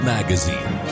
Magazine